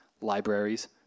libraries